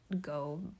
go